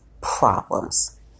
problems